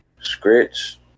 Scratch